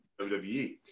WWE